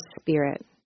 Spirit